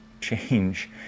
change